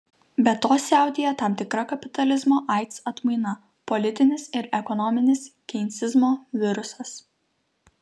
be to siautėja tam tikra kapitalizmo aids atmaina politinis ir ekonominis keinsizmo virusas